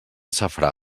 safrà